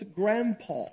grandpa